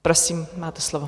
Prosím, máte slovo.